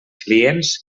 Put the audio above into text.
clients